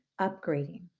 upgrading